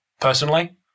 Personally